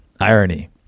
Irony